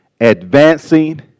Advancing